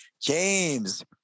James